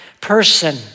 person